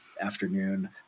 afternoon